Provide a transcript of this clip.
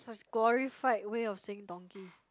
it's a glorified way of saying donkey